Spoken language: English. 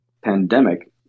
pandemic